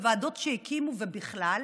בוועדות שהקימו ובכלל,